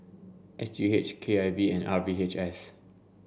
S G H K I V and R V H S